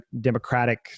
democratic